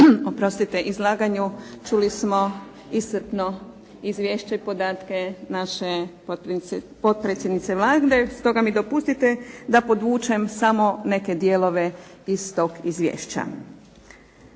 uvodnom izlaganju čuli smo iscrpno izvješće podatke naše potpredsjednice Vlade, stoga mi dopustite da podvučem samo neke dijelove iz tog izvješće.